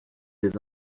des